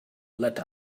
let